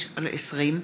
יפעת שאשא ביטון,